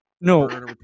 no